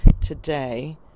today